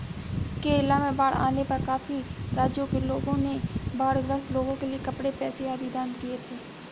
केरला में बाढ़ आने पर काफी राज्यों के लोगों ने बाढ़ ग्रस्त लोगों के लिए कपड़े, पैसे आदि दान किए थे